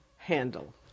Handle